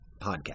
podcast